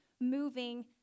moving